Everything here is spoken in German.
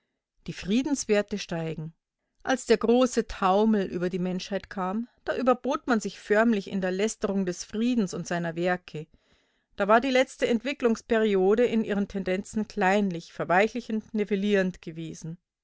die friedenswerte steigen als der große taumel über die menschheit kam da überbot man sich förmlich in der lästerung des friedens und seiner werke da war die letzte entwicklungsperiode in ihren tendenzen kleinlich verweichlichend nivellierend gewesen